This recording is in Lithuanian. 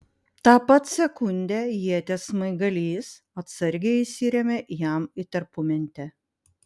tą pat sekundę ieties smaigalys atsargiai įsirėmė jam į tarpumentę